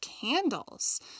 candles